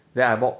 then I bought